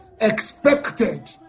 expected